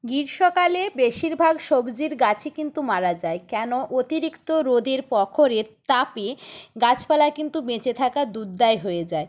গ্রীষ্মকালে বেশিরভাগ সবজির গাছই কিন্তু মারা যায় কেন অতিরিক্ত রোদের প্রখরের তাপে গাছপালায় কিন্তু বেঁচে থাকা দূর দায় হয়ে যায়